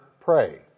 pray